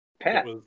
Pat